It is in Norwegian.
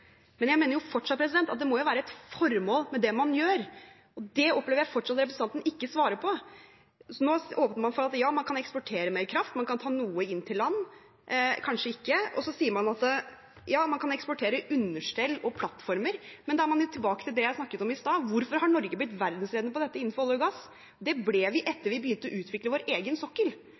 Men jeg mener fortsatt at det må være et formål med det man gjør, og det opplever jeg fortsatt at representanten ikke svarer på. Nå åpner man for at man kan eksportere mer kraft, man kan ta noe inn til land, kanskje ikke, og så sier man at man kan eksportere understell og plattformer. Men da er man tilbake til det jeg snakket om i stad: Hvorfor har Norge blitt verdensledende på dette innenfor olje og gass? Det ble vi etter at vi begynte å utvikle vår egen sokkel.